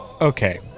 Okay